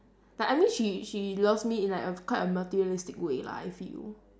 like I mean she she loves me in like a quite a materialistic way lah I feel